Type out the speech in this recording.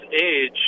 age